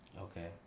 Okay